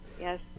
Yes